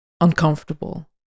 uncomfortable